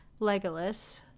Legolas